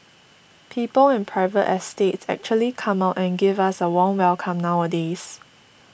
people in private estates actually come out and give us a warm welcome nowadays